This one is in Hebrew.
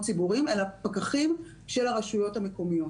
ציבוריים הם פקחים של הרשויות המקומיות.